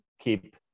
keep